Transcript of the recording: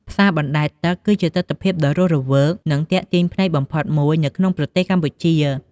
ផ្សារបណ្តែតទឹកគឺជាទិដ្ឋភាពដ៏រស់រវើក និងទាក់ទាញភ្នែកបំផុតមួយនៅក្នុងប្រទេសកម្ពុជា។